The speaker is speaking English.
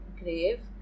grave